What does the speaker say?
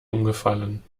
umgefallen